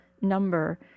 number